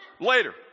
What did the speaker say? later